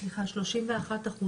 31%